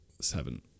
Seven